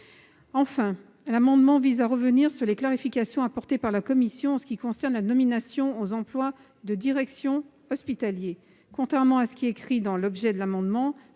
Il vise enfin à revenir sur les clarifications apportées par la commission en ce qui concerne la nomination aux emplois de direction hospitaliers. Contrairement à ce qui est écrit dans l'objet de l'amendement,